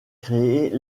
créées